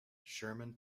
sherman